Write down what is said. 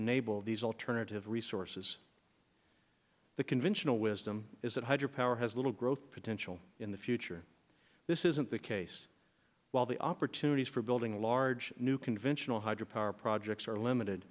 enable these alternative resources the conventional wisdom is that hydro power has little growth potential in the future this isn't the case while the opportunities for building large new conventional hydro power projects are limited